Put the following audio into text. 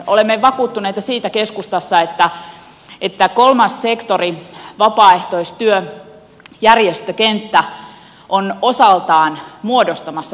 olemme vakuuttuneita keskustassa siitä että kolmas sektori vapaaehtoistyö järjestökenttä on osaltaan muodostamassa hyvinvointiyhteiskuntaa